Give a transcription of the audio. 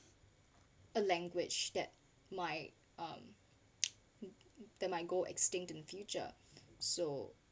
a language that might um that might go extinct in future so